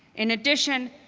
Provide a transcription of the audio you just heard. in addition,